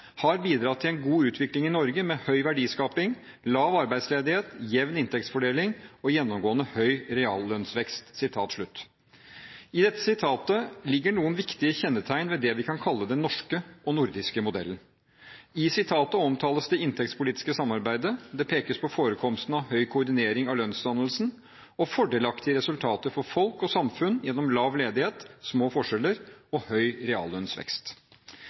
har bidratt til en god utvikling i Norge med høy verdiskaping, lav arbeidsledighet, jevn inntektsfordeling og gjennomgående høy reallønnsvekst.» I dette sitatet ligger noen viktige kjennetegn ved det vi kan kalle den norske og nordiske modellen. I sitatet omtales det inntektspolitiske samarbeidet, og det pekes på forekomsten av høy koordinering av lønnsdannelsen og fordelaktige resultater for folk og samfunn gjennom lav ledighet, små forskjeller og høy reallønnsvekst.